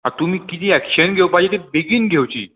आं तुमी किदें एक्शन घेवपाची ती बेगीन घेवची